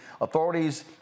Authorities